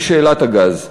היא שאלת הגז.